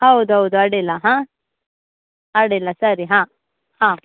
ಹೌದು ಹೌದು ಅಡ್ಡಿಲ್ಲ ಹಾಂ ಅಡ್ಡಿಲ್ಲ ಸರಿ ಹಾಂ ಹಾಂ